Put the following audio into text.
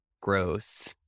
gross